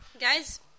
Guys